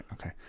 okay